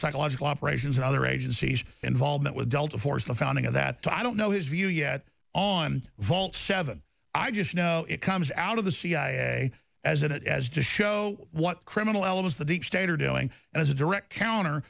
psychological operations and other agencies involvement with delta force the founding of that i don't know his view yet on vault seven i just know it comes out of the cia as it as to show what criminal elements that the state are doing as a direct counter